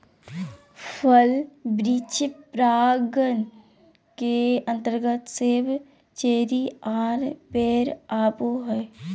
फल वृक्ष परागण के अंतर्गत सेब, चेरी आर बेर आवो हय